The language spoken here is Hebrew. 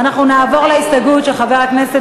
אנחנו נעבור להסתייגות של חבר הכנסת